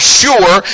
sure